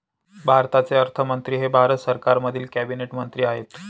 भारताचे अर्थमंत्री हे भारत सरकारमधील कॅबिनेट मंत्री आहेत